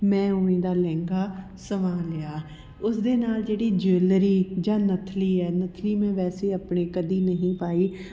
ਮੈਂ ਉਵੇਂ ਦਾ ਲਹਿੰਗਾ ਸਵਾ ਲਿਆ ਉਸ ਦੇ ਨਾਲ ਜਿਹੜੀ ਜੁਐਲਰੀ ਜਾਂ ਨੱਥਨੀ ਹੈ ਨੱਥਨੀ ਮੈਂ ਵੈਸੇ ਆਪਣੇ ਕਦੀ ਨਹੀਂ ਪਾਈ